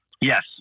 Yes